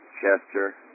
Chester